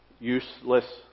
Useless